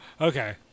Okay